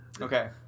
okay